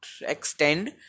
extend